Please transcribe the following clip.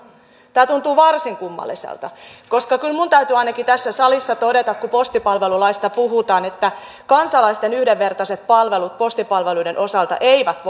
tämä tuntuu varsin kummalliselta koska kyllä minun täytyy ainakin tässä salissa todeta kun postipalvelulaista puhutaan että kansalaisten yhdenvertaiset palvelut postipalveluiden osalta eivät